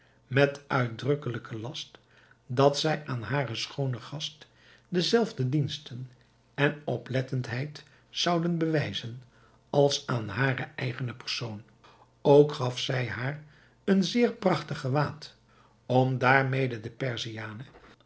met uitdrukkelijken last dat zij aan hare schoone gast dezelfde diensten en oplettendheden zouden bewijzen als aan hare eigene persoon ook gaf zij haar een zeer prachtig gewaad om daarmede de